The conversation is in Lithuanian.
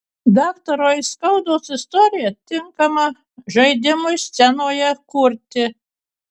daktaro aiskaudos istorija tinkama žaidimui scenoje kurti